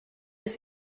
des